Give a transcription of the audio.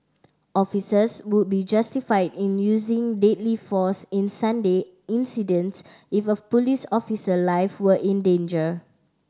officers would be justified in using deadly force in Sunday incidents if a police officer life were in danger